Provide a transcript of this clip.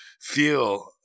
feel